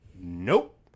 Nope